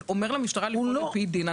ואומר למשטרה לפעול על-פי דין.